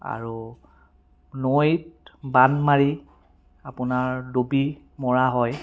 আৰু নৈত বান মাৰি আপোনাৰ ডুবি মৰা হয়